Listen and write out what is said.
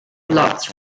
blocks